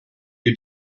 you